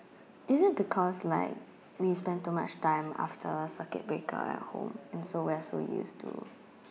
is it because like we spend too much time after circuit breaker at home and so we're so used to